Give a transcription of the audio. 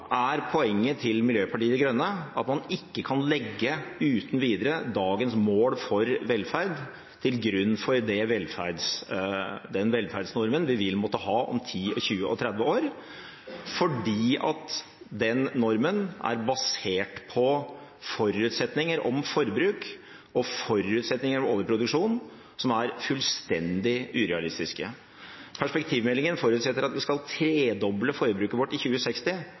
er poenget til Miljøpartiet De Grønne at man ikke uten videre kan legge dagens mål for velferd til grunn for den velferdsnormen vi vil måtte ha om 10, 20 og 30 år, fordi en framtidig norm ut ifra dagens mål er basert på forutsetninger om forbruk og forutsetninger om overproduksjon som er fullstendig urealistiske. Perspektivmeldingen forutsetter at vi skal tredoble forbruket vårt i 2060.